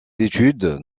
études